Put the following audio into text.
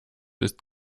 ist